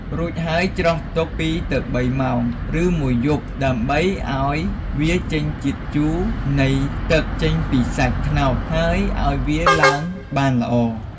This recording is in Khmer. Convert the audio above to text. រួចហើយច្រោះទុក ២ ទៅ ៣ម៉ោង ឬមួយយប់ដើម្បីឱ្យវាចេញជាតិជូរ នៃទឹកចេញពីសាច់ត្នោត ហើយឱ្យវាឡើងបានល្អ។